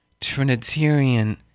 Trinitarian